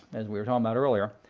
as we were talking about earlier.